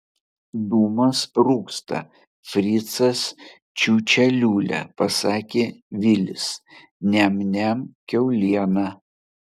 dūmas rūksta fricas čiūčia liūlia pasakė vilis niam niam kiaulieną